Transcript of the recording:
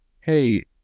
hey